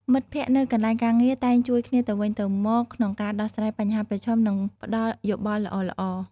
មិត្តភក្តិនៅកន្លែងការងារតែងជួយគ្នាទៅវិញទៅមកក្នុងការដោះស្រាយបញ្ហាប្រឈម និងផ្តល់យោបល់ល្អៗ។